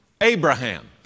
Abraham